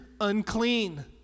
unclean